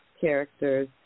characters